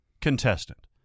contestant